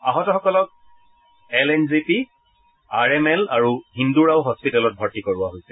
আহতসকলক L N J P R M L আৰু হিন্দু ৰাও হস্পিটেলত ভৰ্তি কৰোৱা হৈছে